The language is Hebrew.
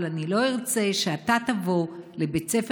אבל אני לא ארצה שאתה תבוא לבית ספר